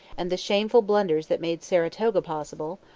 and the shameful blunders that made saratoga possible,